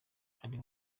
kuri